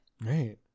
right